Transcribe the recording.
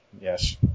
yes